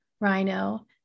Rhino